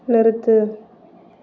நிறுத்து